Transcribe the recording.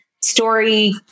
story